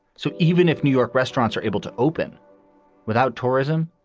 so even if new york restaurants are able to open without tourism,